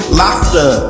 laughter